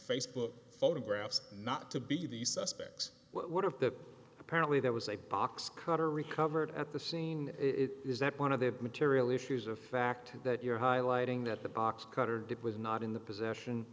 facebook photographs not to be the suspects what of that apparently there was a box cutter recovered at the scene is that one of the material issues or fact that you're highlighting that the box cutter did was not in the possession